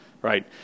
right